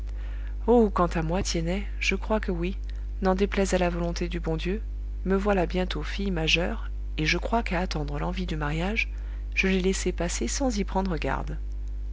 oh quant à moi tiennet je crois que oui n'en déplaise à la volonté du bon dieu me voilà bientôt fille majeure et je crois qu'à attendre l'envie du mariage je l'ai laissée passer sans y prendre garde